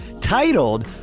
Titled